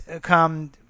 come